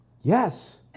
yes